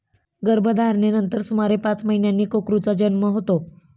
गर्भधारणेनंतर सुमारे पाच महिन्यांनी कोकरूचा जन्म होतो